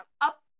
up